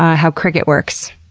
how cricket works.